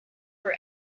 for